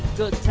good.